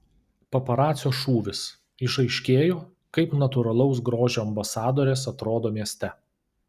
paparacio šūvis išaiškėjo kaip natūralaus grožio ambasadorės atrodo mieste